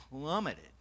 plummeted